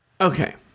okay